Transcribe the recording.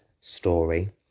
story